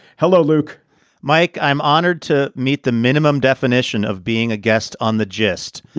hello, luke mike, i'm honored to meet the minimum definition of being a guest on the gist.